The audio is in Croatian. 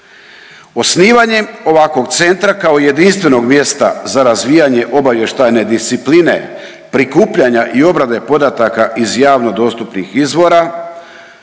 Osnivanjem ovakvog centra kao jedinstvenog mjesta za razvijanje obavještajne discipline, prikupljanja i obrade podataka iz javno dostupnih izvora